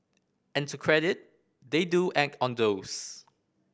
and to credit they do act on those